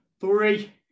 three